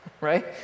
right